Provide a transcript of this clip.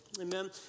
amen